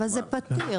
אבל זה פתיר.